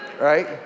Right